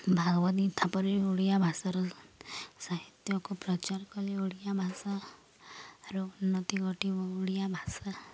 ଭାଗବତ ଗୀତା ପରି ଓଡ଼ିଆ ଭାଷାର ସାହିତ୍ୟକୁ ପ୍ରଚାର କଲେ ଓଡ଼ିଆ ଭାଷାର ଉନ୍ନତି ଘଟିିବ ଓଡ଼ିଆ ଭାଷା